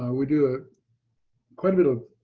we do ah quite a bit of